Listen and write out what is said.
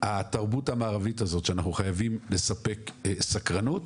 התרבות המערבית הזאת שאנחנו חייבים לספק סקרנות,